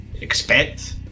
expect